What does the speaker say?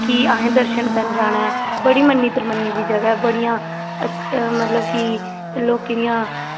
की असें दर्शन करने गी जाना ऐ बड़ी मन्नी परमन्नी दी जगह ऐ बड़ियां मतलब की लोकें दियां